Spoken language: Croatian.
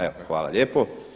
Evo, hvala lijepo.